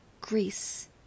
Greece